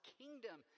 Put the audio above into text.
kingdom